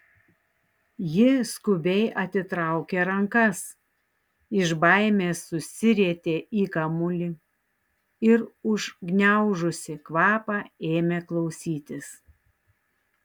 ji skubiai atitraukė rankas iš baimės susirietė į kamuolį ir užgniaužusi kvapą ėmė klausytis